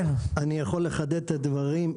אני יכול לחדד את הדברים.